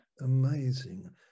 amazing